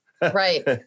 Right